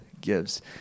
gives